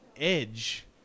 edge